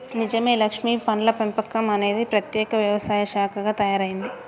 నిజమే లక్ష్మీ పండ్ల పెంపకం అనేది ప్రత్యేక వ్యవసాయ శాఖగా తయారైంది